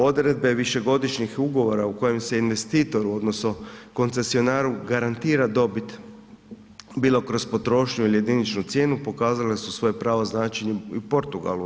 Odredbe višegodišnjih ugovora u kojima se investitoru odnosno koncesionaru garantira dobit bilo kroz potrošnju ili jediničnu cijenu pokazale su svoje pravo značenje u Portugalu.